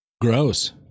Gross